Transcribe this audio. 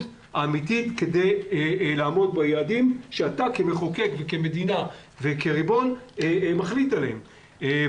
האמיתית כדי לעמוד ביעדים שאתה כמחוקק וכמדינה וכריבון מחליט עליהם.